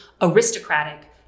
aristocratic